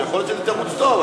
ויכול להיות שזה תירוץ טוב,